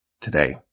today